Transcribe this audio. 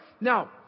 Now